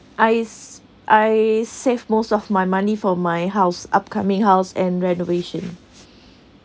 I I save most of my money for my house upcoming house and renovation